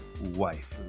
wife